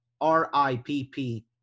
R-I-P-P